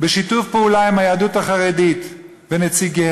בשיתוף פעולה עם היהדות החרדית ונציגיה,